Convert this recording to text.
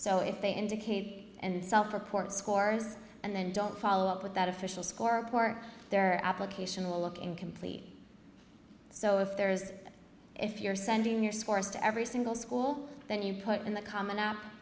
so if they indicate and self report scores and then don't follow up with that official score port their application will look incomplete so if there's if you're sending your scores to every single school then you put in the com